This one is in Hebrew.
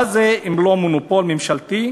מה זה אם לא מונופול ממשלתי?